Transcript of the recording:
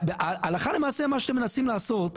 והלכה למעשה מה שאתם מנסים לעשות,